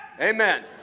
Amen